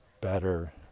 better